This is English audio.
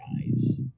guys